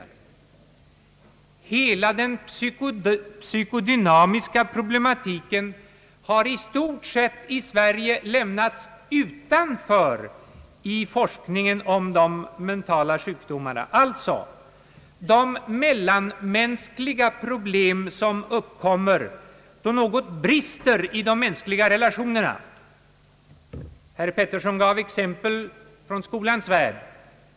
Den psykodynamiska problematiken har i Sverige i stort sett lämnats utanför i forskningen om de mentala sjukdomarna; alltså de mellanmänskliga problem som uppkommer, då något brister i de mänskliga relationerna. Herr Eric Gustaf Peterson gav exempel från skolans värld.